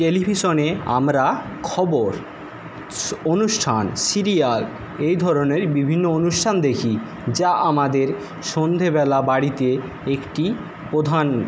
টেলিভিশনে আমরা খবর অনুষ্ঠান সিরিয়াল এই ধরণের বিভিন্ন অনুষ্ঠান দেখি যা আমাদের সন্ধ্যেবেলা বাড়িতে একটি প্রধান